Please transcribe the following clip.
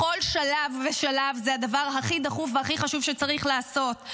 בכל שלב ושלב זה הדבר הכי דחוף והכי חשוב שצריך לעשות.